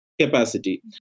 capacity